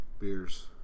beers